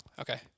Okay